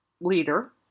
leader